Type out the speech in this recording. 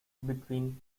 between